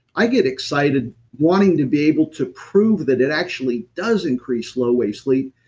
i get excited wanting to be able to prove that it actually does increase slow wave sleep.